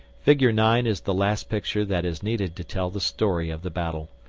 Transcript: figure nine is the last picture that is needed to tell the story of the battle.